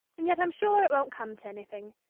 and yet i'm sure it won't come to anything.